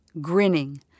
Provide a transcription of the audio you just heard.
grinning